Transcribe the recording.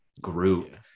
group